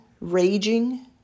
raging